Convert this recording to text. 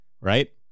Right